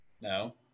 No